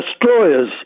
destroyers